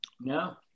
No